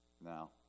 Now